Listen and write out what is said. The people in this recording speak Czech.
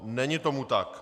Není tomu tak.